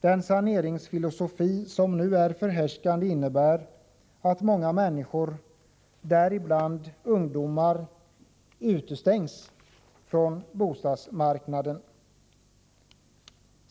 Den saneringsfilosofi som nu är förhärskande innebär att många människor, däribland ungdomar, utestängs från bostadsmarknaden.